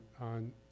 on